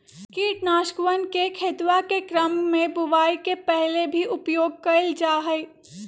कीटनाशकवन के खेतवा के क्रम में बुवाई के पहले भी उपयोग कइल जाहई